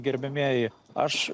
gerbiamieji aš